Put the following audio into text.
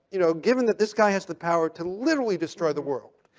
you know, given that this guy has the power to literally destroy the world,